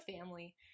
family